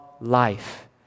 life